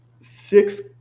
six